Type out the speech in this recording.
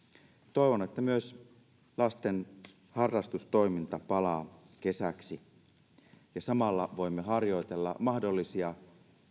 toivon että myös lasten harrastustoiminta palaa kesäksi ja samalla voimme harjoitella mahdollisia